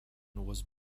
was